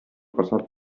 passat